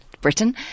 Britain